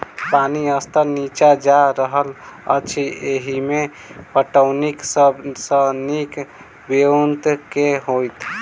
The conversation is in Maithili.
पानि स्तर नीचा जा रहल अछि, एहिमे पटौनीक सब सऽ नीक ब्योंत केँ होइत?